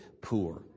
poor